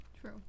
True